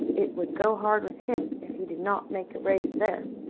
it would go hard with him if he did not make a raise there,